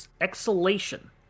exhalation